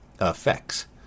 effects